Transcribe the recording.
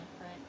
right